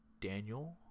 Daniel